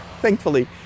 thankfully